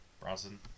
Bronson